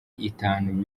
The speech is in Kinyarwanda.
itanu